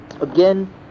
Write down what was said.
again